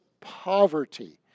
Poverty